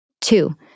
Two